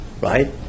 Right